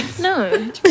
No